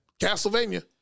Castlevania